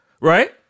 right